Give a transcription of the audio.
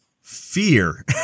fear